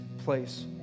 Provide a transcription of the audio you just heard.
place